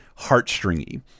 heartstringy